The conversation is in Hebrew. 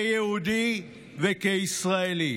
כיהודי וכישראלי.